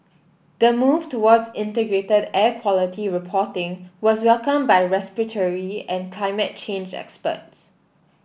the move towards integrated air quality reporting was welcomed by respiratory and climate change experts